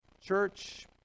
church